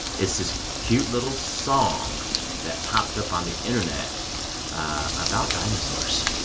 it's this cute little song that popped up on the internet about dinosaurs